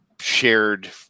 shared